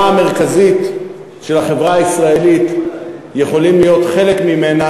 המרכזית של החברה הישראלית יכולים להיות חלק ממנה